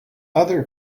other